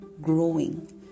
growing